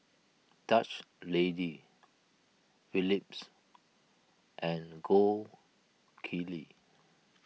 Dutch Lady Phillips and Gold Kili